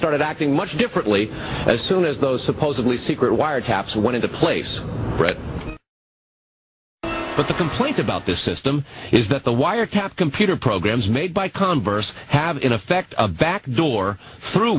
started acting much differently as soon as those supposedly secret wiretaps wanted to place but the complaint about this system is that the wiretap computer programs made by converse have in effect of back door through